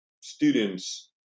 students